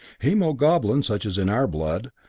hemoglobin, such as in our blood,